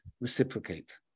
reciprocate